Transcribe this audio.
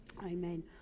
Amen